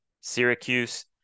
Syracuse